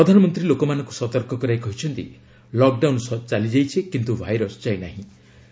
ପ୍ରଧାନମନ୍ତ୍ରୀ ଲୋକମାନଙ୍କୁ ସତର୍କ କରାଇ କହିଛନ୍ତି 'ଲକ୍ଡାଉନ୍ ଚାଲିଯାଇଛି କିନ୍ତୁ ଭାଇରସ ଯାଇନାହିଁ'